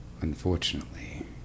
Unfortunately